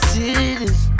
cities